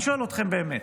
אני שואל אתכם באמת: